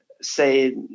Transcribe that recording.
say